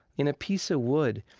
in a piece of wood,